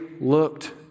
looked